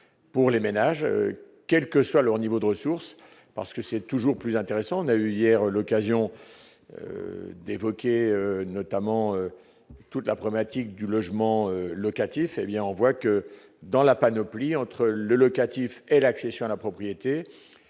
pour les ménages, quel que soit leur niveau de ressources. Hier, nous avons eu l'occasion d'évoquer notamment toute la problématique du logement locatif. On voit que, dans la panoplie, entre le locatif et l'accession à la propriété,